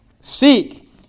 Seek